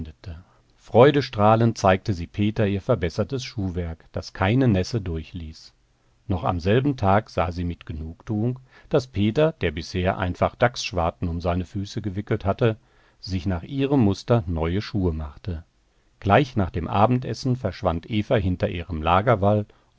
freudestrahlend zeigte sie peter ihr verbessertes schuhwerk das keine nässe durchließ noch am selben tag sah sie mit genugtuung daß peter der bisher einfach dachsschwarten um seine füße gewickelt hatte sich nach ihrem muster neue schuhe machte gleich nach dem abendessen verschwand eva hinter ihrem